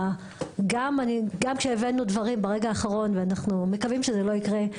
גם כשהבאנו דברים ברגע האחרון ואנחנו מקווים שזה לא יקרה.